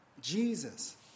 Jesus